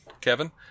Kevin